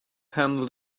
handled